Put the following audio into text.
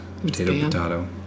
potato